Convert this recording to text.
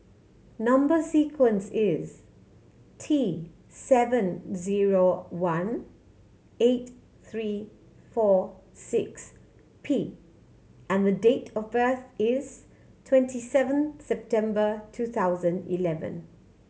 number sequence is T seven zero one eight three four six P and date of birth is twenty seven September two thousand eleven